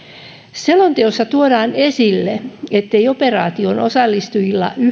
selonteossa tuodaan esille ettei operaatioon osallistujilla